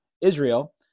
Israel